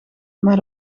maar